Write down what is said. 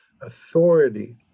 authority